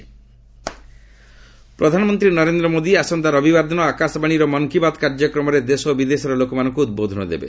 PM Mann ki Baat ପ୍ରଧାନମନ୍ତ୍ରୀ ନରେନ୍ଦ୍ର ମୋଦି ଆସନ୍ତା ରବିବାର ଦିନ ଆକାଶବାଣୀର ମନ୍ କି ବାତ୍ କାର୍ଯ୍ୟକ୍ରମରେ ଦେଶ ଓ ବିଦେଶର ଲୋକମାନଙ୍କୁ ଉଦ୍ବୋଧନ ଦେବେ